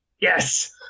Yes